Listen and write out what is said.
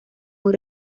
muy